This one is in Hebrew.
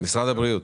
משרד הבריאות,